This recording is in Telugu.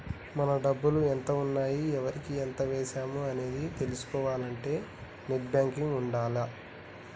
మన డబ్బులు ఎంత ఉన్నాయి ఎవరికి ఎంత వేశాము అనేది తెలుసుకోవాలంటే నెట్ బ్యేంకింగ్ ఉండాల్ల